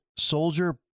Soldier